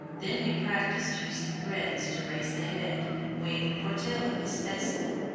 then he practised using threads to raise the head, wing or tail of his specimen.